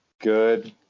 Good